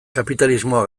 kapitalismoa